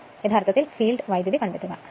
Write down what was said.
ആദ്യം യഥാർത്ഥത്തിൽ field current കണ്ടെത്തുക